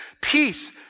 peace